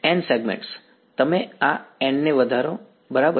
N segments તમે આ N ને વધારો બરાબર